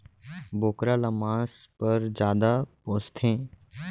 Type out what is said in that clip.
बोकरा ल मांस पर जादा पोसथें